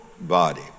body